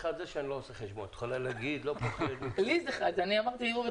אבל אחד מאלה שכן יש לי זה שאני לא עושה חשבון.